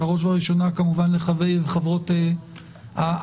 בראש ובראשונה כמובן לחברי וחברות הכנסת,